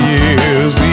Year's